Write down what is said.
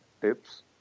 tips